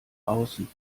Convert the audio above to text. außen